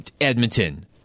Edmonton